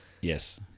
yes